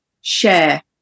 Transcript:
share